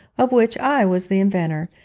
of which i was the inventor,